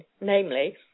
namely